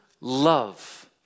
love